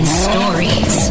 stories